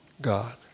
God